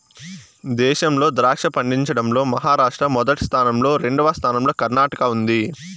దేశంలో ద్రాక్ష పండించడం లో మహారాష్ట్ర మొదటి స్థానం లో, రెండవ స్థానం లో కర్ణాటక ఉంది